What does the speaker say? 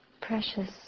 precious